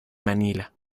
manila